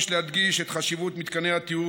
יש להדגיש את חשיבות מתקני הטיהור